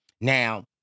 Now